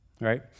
right